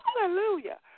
hallelujah